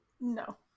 No